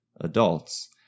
adults